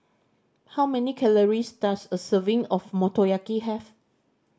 how many calories does a serving of Motoyaki have